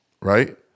Right